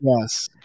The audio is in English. Yes